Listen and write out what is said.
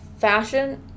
fashion